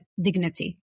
dignity